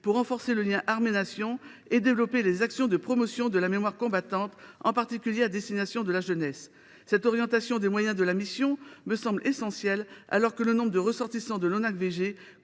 pour renforcer le lien armées Nation et développer les actions de promotion de la mémoire combattante, en particulier à destination de la jeunesse. Cette orientation des moyens de la mission me semble essentielle, alors que le nombre de ressortissants de l’ONACVG